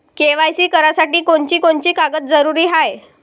KYC करासाठी कोनची कोनची कागद जरुरी हाय?